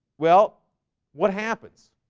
well what happens?